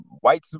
white